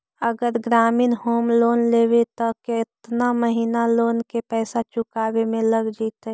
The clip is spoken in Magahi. अगर ग्रामीण होम लोन लेबै त केतना महिना लोन के पैसा चुकावे में लग जैतै?